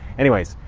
anyways,